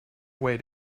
way